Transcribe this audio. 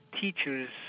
teachers